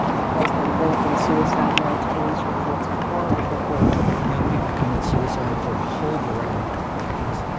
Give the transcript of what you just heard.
it has been linked in suicide notes, police reports, and coroner's reports. young people commit suicide for a whole variety of reasons.